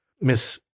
Miss